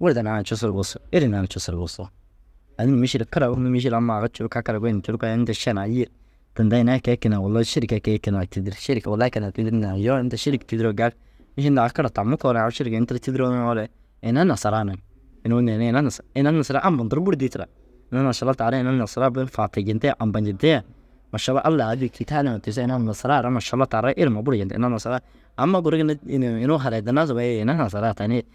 Wurda naana cusu ru busug, êra naana cusu ru busug. Ani mîšil kira unnu mîšil amma aga curu kakara goyindu curu kaa šen aa yîr. Tinda ini ai kee ai keenaa wulla šêrki ai kee ai keenaa tîdir šêrke wulla ai keenaa tîdir nina iyoo inta šêrki tîdiroo gali mîšil au kira tamme koore au šerki ini tira tîdiroo nuŋoore ina nasaraa niŋ. Inuu neere ina nas ina nasaraa ampa ntiri buru dîri tira. Unnu mašalla taara ina nasaraa bini faata jintee mašalla Allai au dî cii taanima tiisoo ina nasaraa ra mašalla taara ilima buru jentire ina nasaraa amma guru ginna inii inuu haradinnaa soboyi ina nasaraa tanii